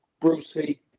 Brucey